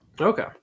Okay